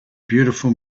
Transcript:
beautiful